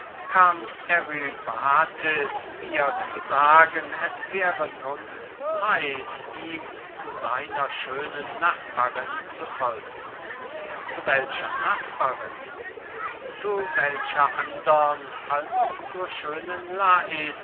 kam eurybates mir zu sagen es wäre nun zeit ihm zu seiner schönen nachbarin zu folgen zu welcher nachbarin zu welcher andern als der schönen lais